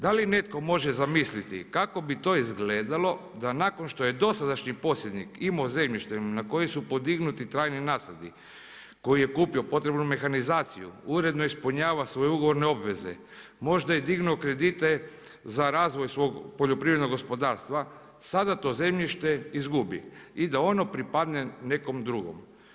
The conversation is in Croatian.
Da li netko može zamisliti kako bi to izgledalo da nakon što je dosadašnji posjednik imao zemljište na kojem su podignuti trajni nasadi, koji je kupio potrebnu mehanizaciju, uredno ispunjava svoje ugovorne obveze, možda je dignuo kredite za razvoj svog poljoprivrednog gospodarstva sada to zemljište izgubi i da ono pripadne nekom drugom.